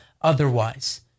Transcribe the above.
otherwise